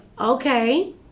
okay